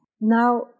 Now